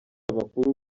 amakuru